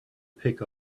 pick